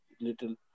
little